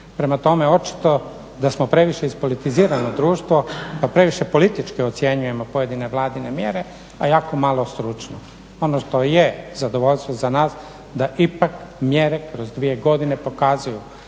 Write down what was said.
Prema tome, očito da smo previše ispolitizirano društvo pa previše politički ocjenjujemo pojedine Vladine mjere, a jako malo stručno. Ono što je zadovoljstvo za nas da ipak mjere kroz dvije godine pokazuju